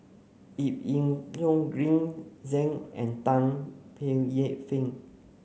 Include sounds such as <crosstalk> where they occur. Ip Yiu Tung Green Zeng and Tan Paey <unintelligible> Fern